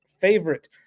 favorite